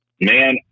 man